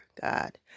god